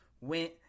went